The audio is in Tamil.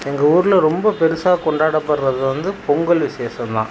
எங்கள் ஊரில் ரொம்ப பெருசாக கொண்டாடப்படுகிறது வந்து பொங்கல் விசேஷம் தான்